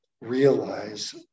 realize